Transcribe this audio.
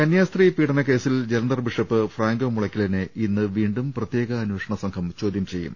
കന്യാസ്ത്രീ പീഡന കേസിൽ ജലന്ധർ ബിഷപ് ഫ്രാങ്കോ മുളയ്ക്കലിനെ ഇന്ന് വീണ്ടും പ്രത്യേക അന്വേ ഷണ സംഘം ചോദ്യം ചെയ്യും